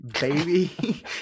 baby